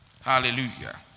Hallelujah